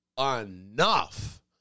enough